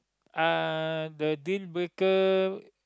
uh the dealbreaker